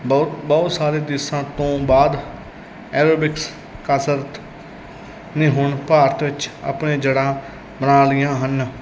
ਬਹੁਤ ਬਹੁਤ ਸਾਰੇ ਦੇਸ਼ਾਂ ਤੋਂ ਬਾਅਦ ਐਰੋਬਿਕਸ ਕਸਰਤ ਨੇ ਹੁਣ ਭਾਰਤ ਵਿੱਚ ਆਪਣੀ ਜੜ੍ਹਾਂ ਬਣਾ ਲਈਆਂ ਹਨ